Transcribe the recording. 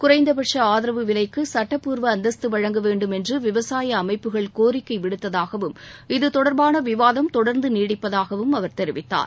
குறைந்தபட்ச ஆதரவு விலைக்கு சட்டப்பூர்வ அந்தஸ்து வழங்க வேண்டும் என்று விவசாய அமைப்புகள் கோரிக்கை விடுத்ததாகவும் இது தொடர்பான விவாதம் தொடர்ந்து நீடிப்பதாகவும் அவர் தெரிவித்தார்